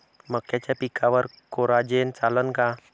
मक्याच्या पिकावर कोराजेन चालन का?